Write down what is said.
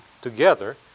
together